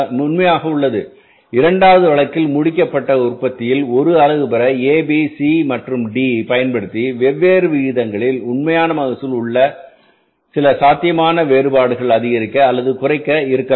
உண்மையானஉள்ளது இரண்டாவது வழக்கில் முடிக்கப்பட்ட உற்பத்தியில் 1 அலகு பெற AB C மற்றும் D பயன்படுத்தி வெவ்வேறு விகிதங்களில் உண்மையான மகசூல் உள்ள சில சாத்தியமான வேறுபாடு அதிகரிக்க அல்லது குறைக்கச் இருக்கலாம்